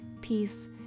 peace